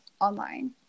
online